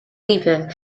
river